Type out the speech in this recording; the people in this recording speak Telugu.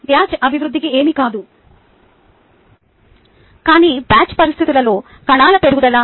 బ్యాచ్ వృద్ధి ఏమీ కాదు కానీ బ్యాచ్ పరిస్థితులలో కణాల పెరుగుదల